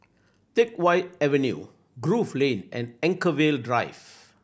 Teck Whye Avenue Grove Lane and Anchorvale Drive